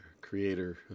creator